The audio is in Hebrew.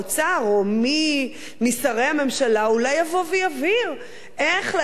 או מי משרי הממשלה אולי יבוא ויבהיר איך לאזרח,